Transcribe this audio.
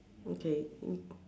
okay